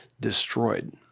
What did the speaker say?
destroyed